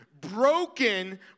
broken